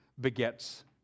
begets